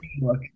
look